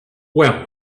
well